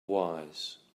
wise